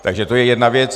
Takže to je jedna věc.